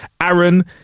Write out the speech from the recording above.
Aaron